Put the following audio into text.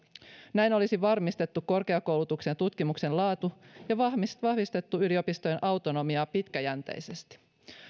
näin olisi varmistettu korkeakoulutuksen ja tutkimuksen laatu ja vahvistettu vahvistettu yliopistojen autonomiaa pitkäjänteisesti